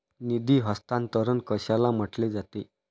निधी हस्तांतरण कशाला म्हटले जाते?